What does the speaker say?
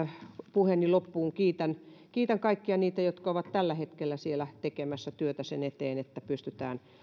puheeni loppuun kiitän kiitän kaikkia niitä jotka ovat tällä hetkellä tekemässä työtä sen eteen että pystytään